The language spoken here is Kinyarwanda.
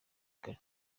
kare